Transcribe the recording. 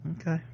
okay